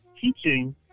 teaching